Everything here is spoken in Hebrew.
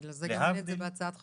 בגלל זה גם אין את זה בהצעת החוק.